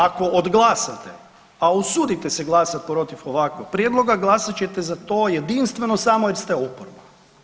Ako odglasate, a usudite se glasati protiv ovakvog prijedloga, glasat ćete za to jedinstveno samo jer ste oporba.